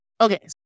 Okay